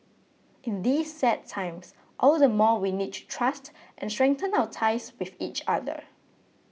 in these sad times all the more we need to trust and strengthen our ties with each other